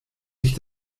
sich